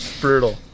brutal